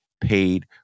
paid